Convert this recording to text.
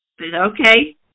okay